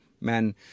men